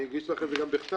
אני אגיש לך את זה גם בכתב,